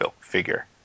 figure